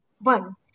one